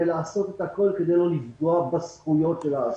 ולעשות הכול כדי לא לפגוע בזכויות האסירים.